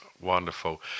Wonderful